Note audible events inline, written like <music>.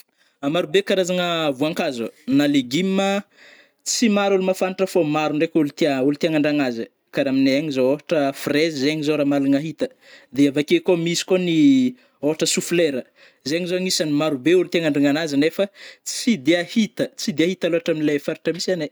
Maro be karazagna <hesitation> voankazo, na legumes tsy maro ôlo mahafantatra fô maro ndraiky ôlo tia, ôlo tia hanandragnazy, kara aminay agny zao ôhatra frezy zegny zao ra mahalagna hita, de avake kô misy kô ny <hesitation> ôhatra soflera, zegny zô agnisany maro be ôlo te agnandragna agnazy nefa tsy de hita, tsy de hita loatra amilai faritra misy anay.